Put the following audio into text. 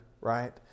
right